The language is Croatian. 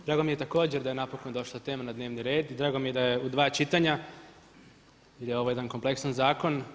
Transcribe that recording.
Drago mi je također da je napokon došla tema na dnevni red i drago mi je da je u 2 čitanja jer je ovo jedan kompleksan zakon.